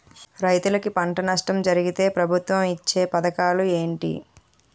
రైతులుకి పంట నష్టం జరిగితే ప్రభుత్వం ఇచ్చా పథకాలు ఏంటి?